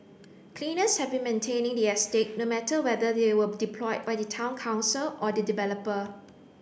cleaners have been maintaining the estate no matter whether they were deployed by the Town Council or the developer